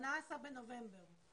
18 בנובמבר.